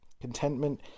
Contentment